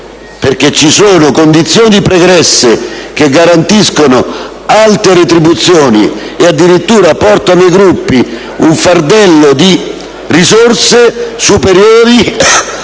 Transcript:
perché ci sono condizioni pregresse che garantiscono alte retribuzioni e addirittura portano ai Gruppi un fardello di risorse superiori